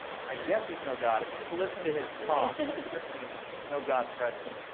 i guess there's no god. if you just listened to his talk, and there's certainly no god present.